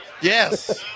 Yes